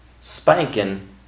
spanking